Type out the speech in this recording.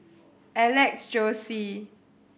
Alex Josey